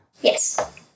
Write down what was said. Yes